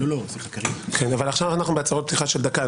עכשיו אנחנו בהצהרות פתיחה של דקה.